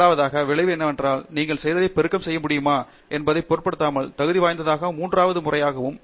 இரண்டாவதாக விளைவு என்னவெனில் நீங்கள் செய்ததை பெருக்கம் செய்ய முடியுமா என்பதைப் பொருட்படுத்தாமல் தகுதி வாய்ந்ததாகவும் மூன்றாவது முறையாகவும்